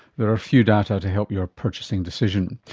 there are few data to help your purchasing decision.